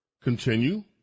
Continue